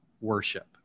worship